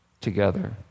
together